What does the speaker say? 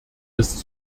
ist